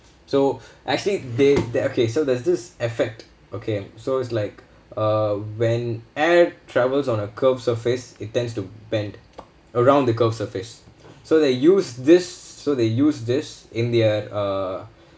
so actually they that okay so there's this effect okay so it's like uh when air travels on a curved surface it tends to bend around the curve surface so they use this so they use this in the at uh